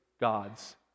God's